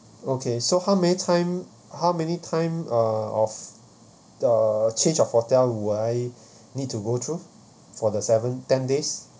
okay so how many time how many time uh of the change of hotel would I need to go through for the seven ten days